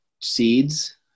seeds